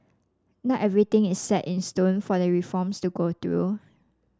not everything is set in stone for the reforms to go through